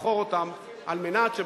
או מועמדים לדירקטורים,